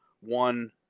one